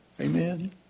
Amen